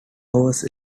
hours